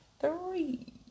three